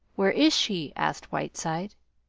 where is she? asked whiteside